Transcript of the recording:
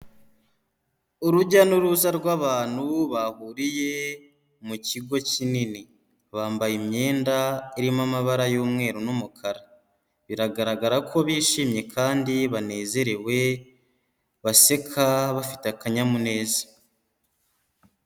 Urujya n'uruza rw'abantu bahuriye mu kigo kinini, bambaye imyenda irimo amabara y'umweru n'umukara, biragaragara ko bishimye kandi banezerewe, baseka bafite akanyamuneza.